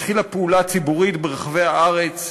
התחילה פעולה ציבורית ברחבי הארץ.